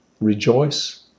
Rejoice